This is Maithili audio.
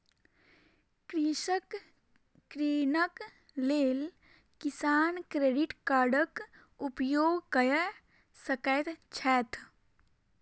कृषक ऋणक लेल किसान क्रेडिट कार्डक उपयोग कय सकैत छैथ